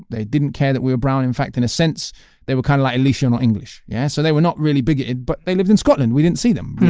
they didn't care that we were brown, in fact in a sense they were kind of like at least you're not english yeah so they were not really bigoted but they lived in scotland, we didn't see them really.